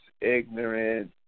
ignorant